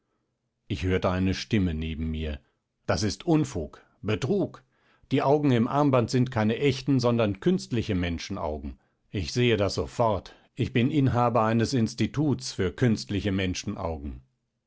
ich hörte eine stimme neben mir das ist unfug betrug die augen im armband sind keine echten sondern künstliche menschenaugen ich sehe das sofort ich bin inhaber eines instituts für künstliche